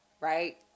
right